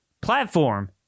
platform